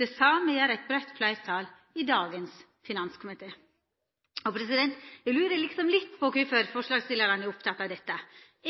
Det same gjer eit breitt fleirtal i dagens finanskomité. Eg lurer litt på kvifor forslagsstillarane er opptekne av dette.